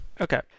Okay